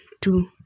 two